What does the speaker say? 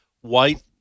white